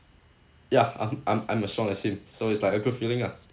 ya I'm I'm I'm as strong as him so it's like a good feeling ah